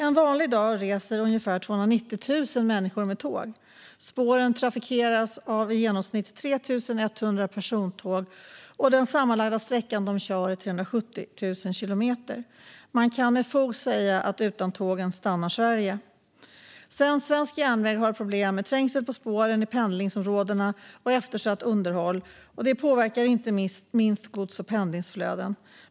En vanlig dag reser ungefär 290 000 mänskor med tåg. Spåren trafikeras av i genomsnitt 3 100 persontåg, och den sammanlagda sträckan de kör är 370 000 kilometer. Man kan med fog säga att utan tågen stannar Sverige. Men svensk järnväg har problem med trängsel på spåren i pendlingsområden och eftersatt underhåll, och det påverkar inte minst gods och pendlingsflöden.